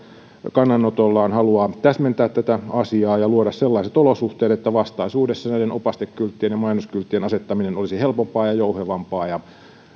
kannanotollaan haluaa täsmentää tätä asiaa ja luoda sellaiset olosuhteet että vastaisuudessa näiden opastekylttien ja mainoskylttien asettaminen olisi helpompaa ja jouhevampaa